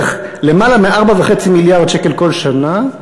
למעלה מ-4.5 מיליארד שקל כל שנה,